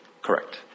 Correct